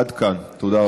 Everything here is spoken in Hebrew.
עד כאן, תודה רבה.